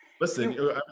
Listen